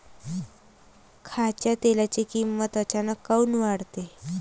खाच्या तेलाची किमत अचानक काऊन वाढते?